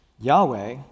Yahweh